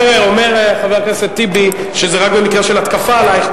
אומר חבר הכנסת טיבי שזה רק במקרה של התקפה עלייך,